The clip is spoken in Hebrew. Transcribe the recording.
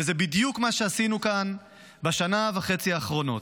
וזה בדיוק מה שעשינו כאן בשנה וחצי האחרונות.